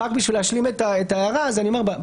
רק בשביל להשלים את ההערה אומר,